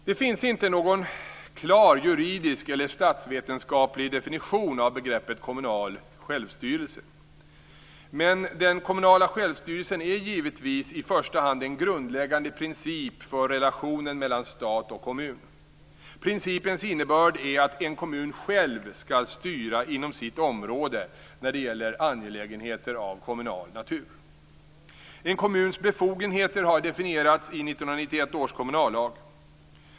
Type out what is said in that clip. Det finns inte någon klar juridisk eller statsvetenskaplig definition av begreppet kommunal självstyrelse, men den kommunala självstyrelsen är givetvis i första hand en grundläggande princip för relationen mellan stat och kommun. Principens innebörd är att en kommun själv skall styra inom sitt område när det gäller angelägenheter av kommunal natur. års kommunallag.